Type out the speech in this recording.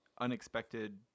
unexpected